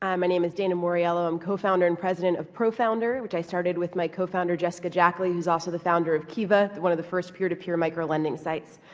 um my name is dana mauriello. i'm cofounder and president of profounder, which i started with my cofounder, jessica jackley, who is also the founder of kiva, one of the first peertopeer microlending sites.